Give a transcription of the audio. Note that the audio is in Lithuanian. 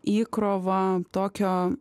įkrovą tokio